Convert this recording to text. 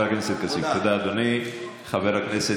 (אומר בערבית: הכנס השלישי.) (אומר בערבית: